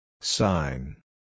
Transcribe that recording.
Sign